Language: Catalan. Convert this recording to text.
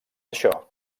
això